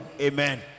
Amen